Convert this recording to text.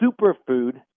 superfood